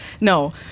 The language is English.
No